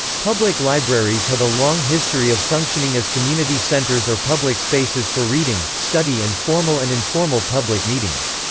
public libraries have a long history of functioning as community centers or public spaces for reading, study and formal and informal public meetings.